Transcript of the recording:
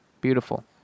Beautiful